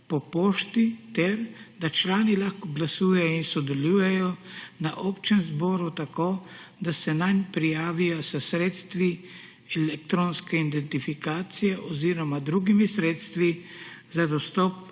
po pošti ter da člani lahko glasujejo in sodelujejo na občnem zboru tako, da se nanj prijavijo s sredstvi elektronske identifikacije oziroma drugimi sredstvi za dostop